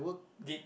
did